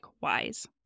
wise